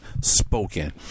spoken